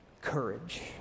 courage